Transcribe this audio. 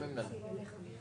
ירים את ידו.